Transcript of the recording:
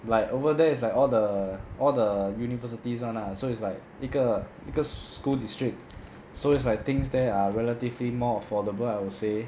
like over there is like all the all the universities [one] lah so it's like 一个一个 school district so it's like things there are relatively more affordable I would say